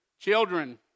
Children